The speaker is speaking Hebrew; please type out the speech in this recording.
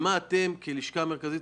איפה הלשכה המרכזית